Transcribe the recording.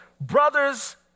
Brothers